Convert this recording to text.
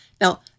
Now